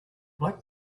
black